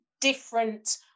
different